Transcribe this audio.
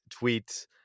tweets